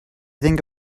think